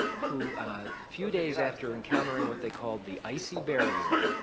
who a few days after encountering what they called the icy barrier,